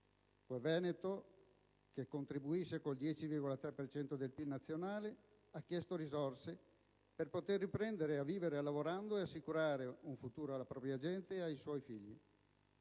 Il Veneto, che contribuisce con il 10,3 per cento del PIL nazionale, ha chiesto risorse per riprendere a vivere lavorando ed assicurare un futuro alla propria gente e ai suoi figli.